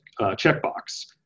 checkbox